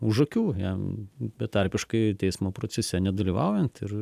už akių jam betarpiškai teismo procese nedalyvaujant ir